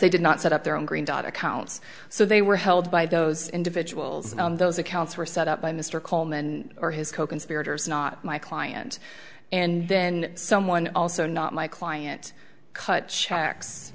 they did not set up their own green dot accounts so they were held by those individuals and those accounts were set up by mr coleman or his coconspirators not my client and then someone also not my client cut checks